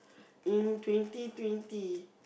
in twenty twenty